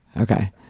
Okay